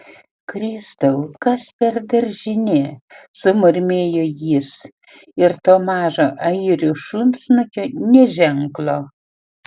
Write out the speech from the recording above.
kristau kas per daržinė sumurmėjo jis ir to mažo airių šunsnukio nė ženklo